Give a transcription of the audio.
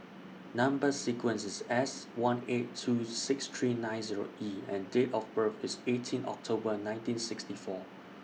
Number sequence IS S one eight two six three nine Zero E and Date of birth IS eighteen October nineteen sixty four